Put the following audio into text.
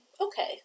Okay